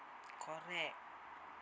correct